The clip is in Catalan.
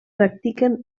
practiquen